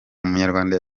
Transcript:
umunyarwanda